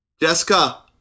Jessica